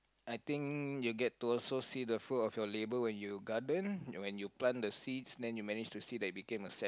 I think you'll get to also see the fruit of your labour when you garden when you plant the seeds then you manage to see that it became a sap